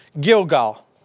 Gilgal